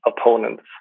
opponents